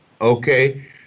Okay